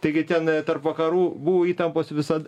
taigi ten tarp vakarų buvo įtampos visad